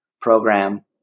program